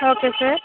okay sir